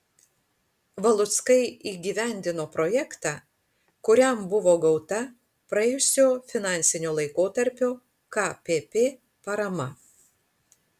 valuckai įgyvendino projektą kuriam buvo gauta praėjusio finansinio laikotarpio kpp parama